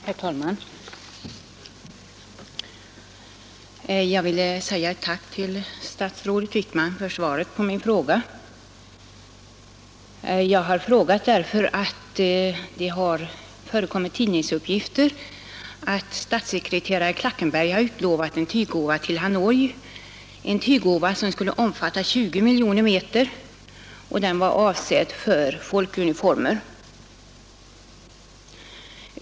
Herr talman! Jag vill uttala ett tack till statsrådet Wickman för svaret på min fråga. Jag har frågat därför att det har förekommit tidningsuppgifter att statssekreterare Klackenberg har utlovat en tyggåva till Hanoi, en tyggåva som skulle omfatta 20 miljoner meter, och den var avsedd för folkuniformer.